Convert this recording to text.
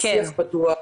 שיח פתוח,